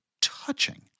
touching